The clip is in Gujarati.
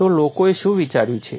તો લોકોએ શું વિચાર્યું છે